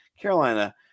Carolina